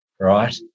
Right